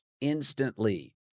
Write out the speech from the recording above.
instantly